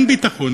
אגב, אין ביטחון.